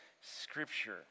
Scripture